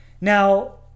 Now